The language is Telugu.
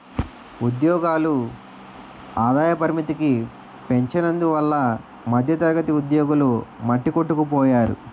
ఉద్యోగుల ఆదాయ పరిమితికి పెంచనందువల్ల మధ్యతరగతి ఉద్యోగులు మట్టికొట్టుకుపోయారు